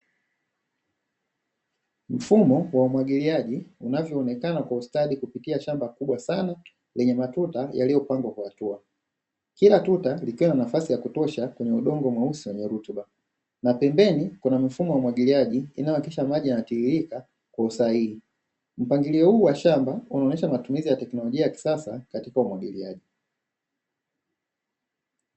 Mfumo wa umwagiliaji unavyoonekana kwa ustadi kupitia shamba kubwa sana, lenye matuta yaliyopangwa kwa hatua, kila tuta likiwa na nafasi ya kutosha kwenye udongo mweusi kwenye rutuba na pembeni kuna mifumo ya umwagiliaji inayohakikisha maji yanatiririka kwa usahihi. Mpangilio huu wa shamba unaonyesha matumizi ya teknolojia ya kisasa katika umwagiliaji.